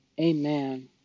Amen